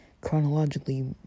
Chronologically